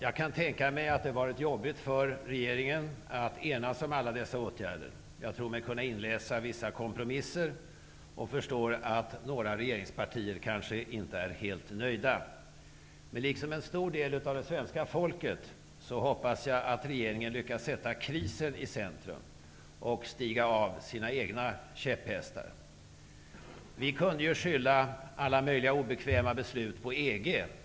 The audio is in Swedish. Jag kan tänka mig att det har varit jobbigt för regeringen att enas om alla dessa åtgärder. Jag tror mig kunna inläsa vissa kompromisser och förstår att några regeringspartier kanske inte är helt nöjda. Men liksom en stor del av det svenska folket, hoppas jag att regeringen lyckas sätta krisen i centrum och stiga av sina egna käpphästar. Vi kunde skylla alla möjliga obekväma beslut på EG.